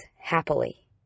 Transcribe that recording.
happily